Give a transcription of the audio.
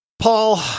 Paul